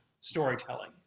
storytelling